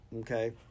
okay